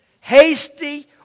hasty